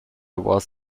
was